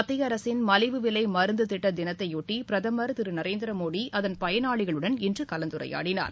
மத்தியஅரசின் மலிவு விலைமருந்துதிட்டதினத்தையொட்டிபிரதமா் திருநரேந்திரமோடி அதன் பயனாளிகளுடன் இன்றுகலந்துரையாடினார்